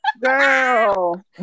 Girl